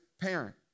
parent